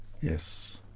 Yes